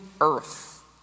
earth